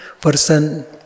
person